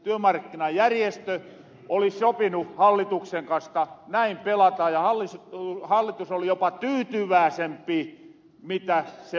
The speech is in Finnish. työmarkkinajärjestöt oli sopineet hallituksen kanssa että näin pelataan ja hallitus oli jopa tyytyvääsempi mitä se oletti